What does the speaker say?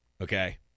okay